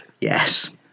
Yes